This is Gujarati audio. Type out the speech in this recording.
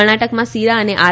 કર્ણાટકમાં સીરા અને આર